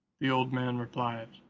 the old man replied,